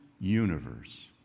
universe